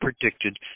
predicted